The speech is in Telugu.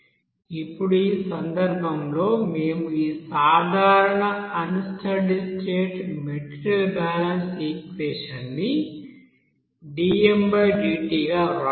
ఇప్పుడు ఈ సందర్భంలో మేము ఈ సాధారణ unsteady state material balance equation ని dmdt గా వ్రాయవచ్చు